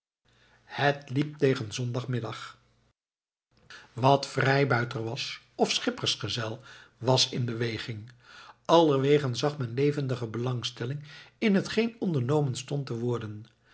het liep tegen den zondagmiddag wat vrijbuiter was of schippersgezel was in beweging allerwegen zag men levendige belangstelling in hetgeen ondernomen stond te worden